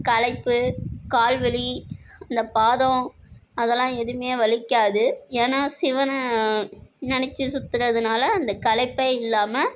களைப்பு கால் வலி அந்த பாதம் அதெல்லாம் எதுவுமே வலிக்காது ஏன்னால் சிவனை நினைச்சி சுற்றுறதுனால அந்த களைப்பே இல்லாமல்